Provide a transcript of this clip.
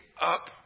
up